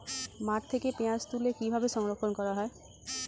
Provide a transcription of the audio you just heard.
মাঠ থেকে পেঁয়াজ তুলে কিভাবে সংরক্ষণ করা হয়?